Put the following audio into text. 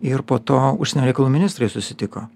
ir po to užsienio reikalų ministrai susitiko